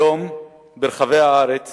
היום טמונים ברחבי הארץ